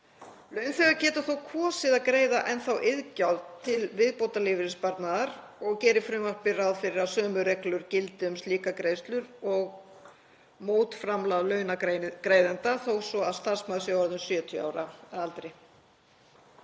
Launþegar geta þó kosið að greiða enn þá iðgjald til viðbótarlífeyrissparnaðar og gerir frumvarpið ráð fyrir að sömu reglur gildi um slíkar greiðslur og mótframlag launagreiðenda þó svo að starfsmaður sé orðinn 70 ára að aldri.